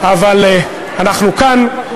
אבל אנחנו כאן,